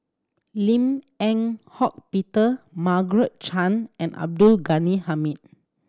Lim Eng Hock Peter Margaret Chan and Abdul Ghani Hamid